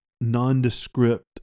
nondescript